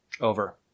Over